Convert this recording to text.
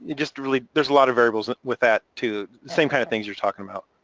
ah just really, there's a lot of variables with that too, the same kind of things you're talking about.